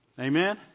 Amen